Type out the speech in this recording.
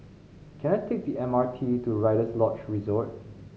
can I take the M R T to Rider's Lodge Resort